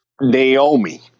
Naomi